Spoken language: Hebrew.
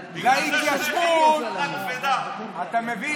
להתיישבות, אתם בגלל